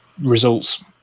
results